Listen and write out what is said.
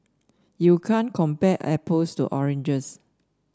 you can't compare apples to oranges